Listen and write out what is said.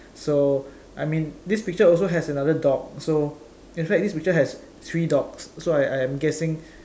so I mean this picture also has another dog so in fact this picture has three dogs so I I am guessing